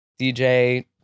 DJ